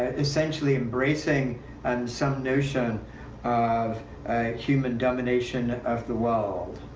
essentially embracing and some notion of human domination of the world.